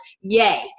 yay